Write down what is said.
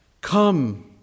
come